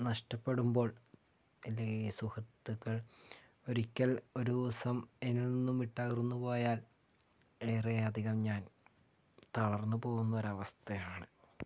നഷ്ട്ടപ്പെടുമ്പോൾ എൻ്റെ ഈ സുഹൃത്തുക്കൾ ഒരിക്കൽ ഒരു ദിവസം എന്നിൽ നിന്ന് വിട്ടകന്നു പോയാൽ ഏറെ അധികം ഞാൻ തളർന്ന് പോകുന്ന ഒരു അവസ്ഥയാണ്